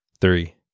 three